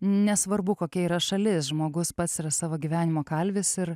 nesvarbu kokia yra šalis žmogus pats yra savo gyvenimo kalvis ir